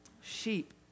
Sheep